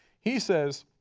he says,